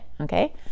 Okay